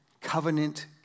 Covenant